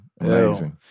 Amazing